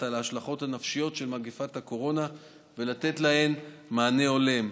על ההשלכות הנפשיות של מגפת הקורונה ולתת להן מענה הולם.